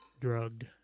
drugged